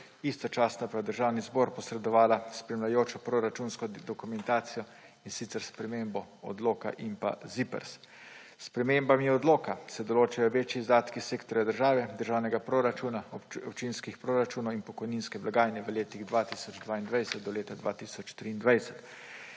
istočasno pa je v Državni zbor posredovala spremljajočo proračunsko dokumentacijo, in sicer spremembo odloka in ZIPRS. S spremembami odloka se določajo večji izdatki sektorja država, državnega proračuna, občinskih proračunov in pokojninske blagajne v letih 2022 in 2023.